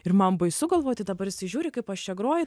ir man baisu galvoti dabar jisai žiūri kaip aš čia groju